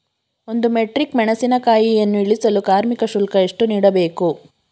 ಒಂದು ಮೆಟ್ರಿಕ್ ಮೆಣಸಿನಕಾಯಿಯನ್ನು ಇಳಿಸಲು ಕಾರ್ಮಿಕ ಶುಲ್ಕ ಎಷ್ಟು ನೀಡಬೇಕು?